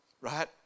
right